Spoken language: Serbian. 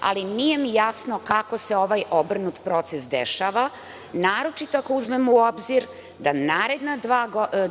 ali nije mi jasno kako se ovaj obrnut proces dešava, naročito ako se uzme u obzir da naredna dva